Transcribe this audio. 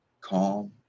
calm